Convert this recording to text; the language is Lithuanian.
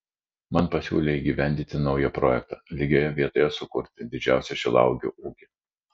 man pasiūlė įgyvendinti naują projektą lygioje vietoje sukurti didžiausią šilauogių ūkį